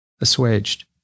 assuaged